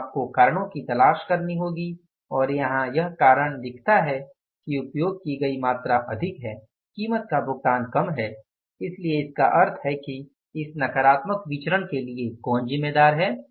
तो आपको कारणों की तलाश करनी होगी और यहां यह कारण दिखता है कि उपयोग की गई मात्रा अधिक है कीमत का भुगतान कम है इसलिए इसका अर्थ है कि इस नकारात्मक विचरण के लिए कौन जिम्मेदार है